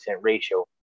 ratio